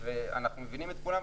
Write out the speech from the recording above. אנחנו מבינים את כולם.